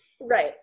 Right